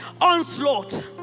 onslaught